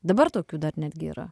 dabar tokių dar netgi yra